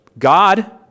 God